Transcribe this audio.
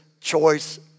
choice